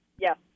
yes